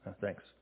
Thanks